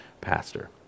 Pastor